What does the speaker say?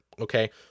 okay